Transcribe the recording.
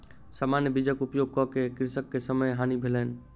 सामान्य बीजक उपयोग कअ के कृषक के समय के हानि भेलैन